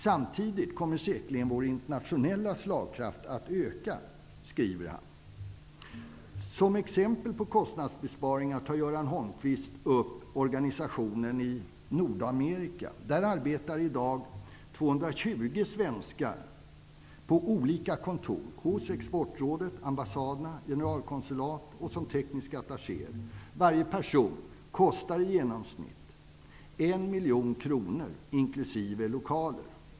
Samtidigt kommer säkerligen vår internationella slagkraft att öka, skriver Göran Som exempel på kostnadsbesparingar tar Göran Holmquist upp organisationen i Nordamerika. Där arbetar i dag 220 svenskar på olika kontor hos Exportrådet, ambassaderna, generalkonsulat och som tekniska attachéer. Varje person kostar i genomsnitt 1 miljon kronor inkl. lokaler.